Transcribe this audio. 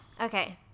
okay